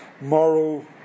moral